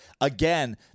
again